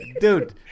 dude